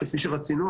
כפי שרצינו,